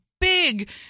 big